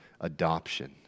adoption